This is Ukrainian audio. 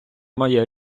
має